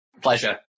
pleasure